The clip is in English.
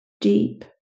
deep